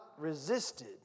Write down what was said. resisted